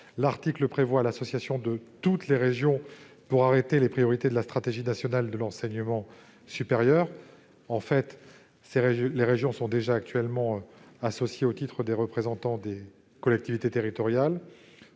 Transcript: l'article prévoit l'association de toutes les régions pour arrêter les priorités de la stratégie nationale de l'enseignement supérieur. En fait, les régions sont déjà actuellement associées au titre des représentants des collectivités territoriales.